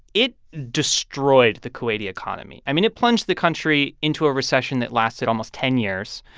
it destroyed the kuwaiti economy. i mean, it plunged the country into a recession that lasted almost ten years.